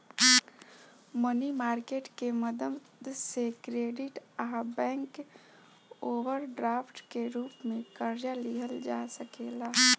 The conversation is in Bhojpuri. मनी मार्केट के मदद से क्रेडिट आ बैंक ओवरड्राफ्ट के रूप में कर्जा लिहल जा सकेला